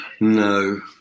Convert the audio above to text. No